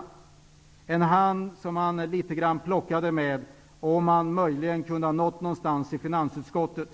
Det fanns en hand som plockade litet grand för att möjligen kunna nå någonstans i finansutskottet.